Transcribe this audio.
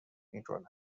میکند